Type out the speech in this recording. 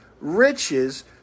riches